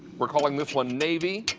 we're calling this one navy,